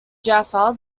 jaffa